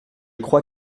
crois